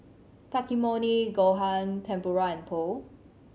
Takikomi Gohan Tempura and Pho